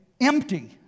empty